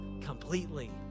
completely